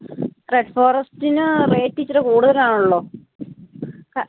red ഫോറെസ്റ്റിന് rate ഇത്തിരി കൂടുതലാണല്ലോ